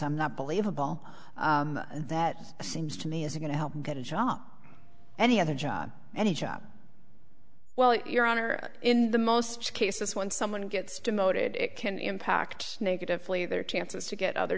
i'm not believable that seems to me is going to help him get a job any other job any job well your honor in the most cases when someone gets demoted it can impact negatively their chances to get other